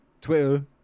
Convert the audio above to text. Twitter